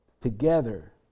Together